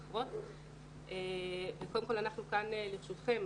אנחנו כאן לרשותכם.